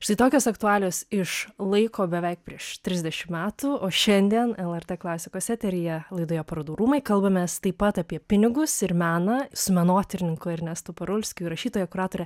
štai tokios aktualios iš laiko beveik prieš trisdešimt metų o šiandien lrt klasikos eteryje laidoje parodų rūmai kalbamės taip pat apie pinigus ir meną su menotyrininku ernestu parulskiu ir rašytoja kuratore